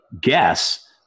guess